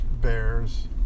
bears